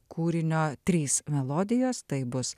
kūrinio trys melodijos tai bus